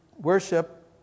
worship